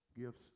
Gifts